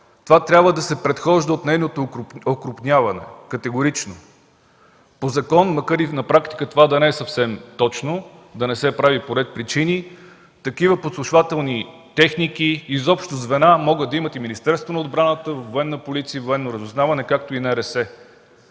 това трябва да се предхожда от нейното окрупняване. Категорично! По закон, макар на практика това да не е съвсем точно и да не се прави по ред причини, такива подслушвателни техники, изобщо звена, могат да имат Министерството на отбраната, Военна полиция и Военно разузнаване, както и НРС.